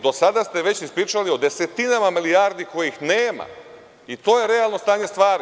Do sada ste već ispričali o desetinama milijardi kojih nema i to je realno stanje stvari.